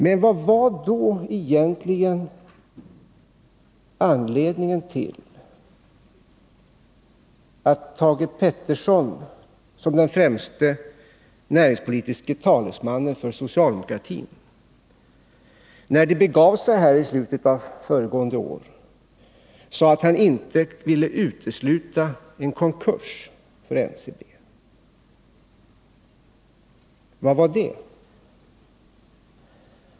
Men vad var då egentligen anledningen till att Thage Peterson som den främste näringspolitiske talesmannen för socialdemokratin, när det begav sig islutet av föregående år, sade att han inte ville utesluta en konkurs för NCB?